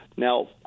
Now